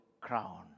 crown